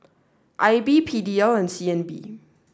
I B P D L and C N B